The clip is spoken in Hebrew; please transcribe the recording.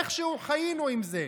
איכשהו חיינו עם זה,